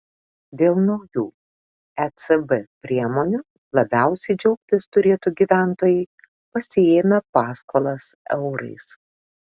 dėl naujų ecb priemonių labiausiai džiaugtis turėtų gyventojai pasiėmę paskolas eurais